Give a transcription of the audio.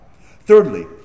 Thirdly